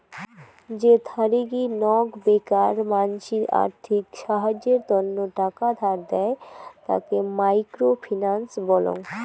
যে থারিগী নক বেকার মানসি আর্থিক সাহায্যের তন্ন টাকা ধার দেয়, তাকে মাইক্রো ফিন্যান্স বলং